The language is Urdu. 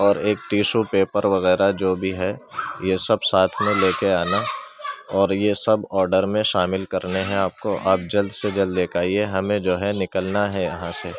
اور ایک ٹیشو پیپر وغیرہ جو بھی ہے یہ سب ساتھ میں لے کے آنا اور یہ سب آرڈر میں شامل کرنے ہیں آپ کو آپ جلد سے جلد لے کے آئیے ہمیں جو ہے نکلنا ہے یہاں سے